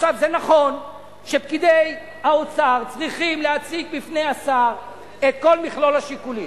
זה נכון שפקידי האוצר צריכים להציג בפני השר את כל מכלול השיקולים,